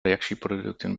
reactieproducten